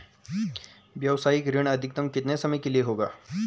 व्यावसायिक ऋण अधिकतम कितने समय के लिए होगा?